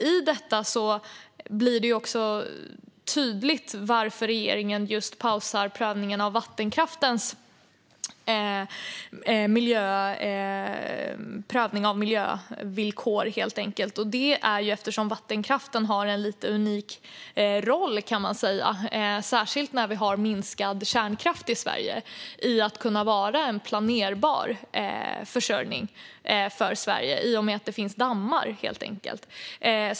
I detta blir det tydligt varför regeringen pausar prövningarna av vattenkraftens miljövillkor. Det beror på att vattenkraften har en lite unik roll - särskilt när vi har minskad kärnkraft i Sverige - i att kunna vara en planerbar försörjning för Sverige i och med att det finns dammar.